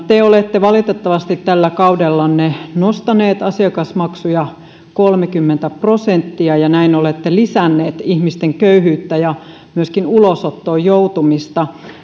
te olette valitettavasti tällä kaudellanne nostaneet asiakasmaksuja kolmekymmentä prosenttia ja näin olette lisänneet ihmisten köyhyyttä ja myöskin ulosottoon joutumista